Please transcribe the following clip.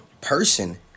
person